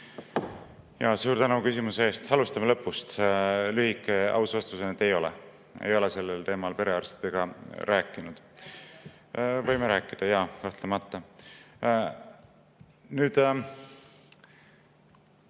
Suur tänu küsimuse eest! Alustame lõpust. Lühike aus vastus on, et ei ole. Ei ole sellel teemal perearstidega rääkinud. Võime rääkida, jaa, kahtlemata. Nüüd,